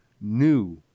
new